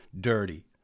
dirty